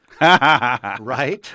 Right